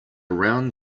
round